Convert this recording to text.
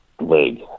leg